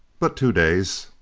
but two days.